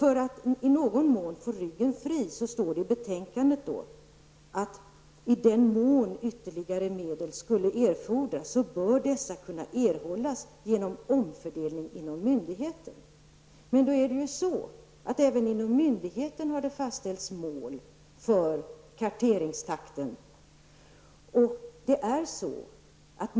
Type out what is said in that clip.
För att i någon mån hålla ryggen fri säger man i betänkandet: I den mån ytterligare medel skulle erfordras bör dessa kunna erhållas genom omfördelning inom myndigheten. Men även för myndigheten har det fastställts mål för karteringstakten.